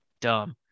dumb